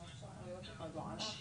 הנה עוד פעם,